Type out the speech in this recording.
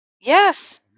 Yes